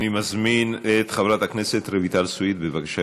אני מזמין את חברת הכנסת רויטל סויד, בבקשה,